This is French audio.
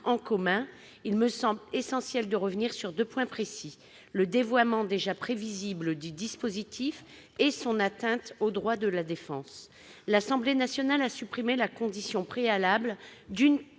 commun ... Il me semble essentiel de revenir sur deux points précis : le dévoiement, déjà prévisible, du dispositif et l'atteinte portée aux droits de la défense. L'Assemblée nationale a supprimé la condition préalable d'une